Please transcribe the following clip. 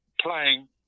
playing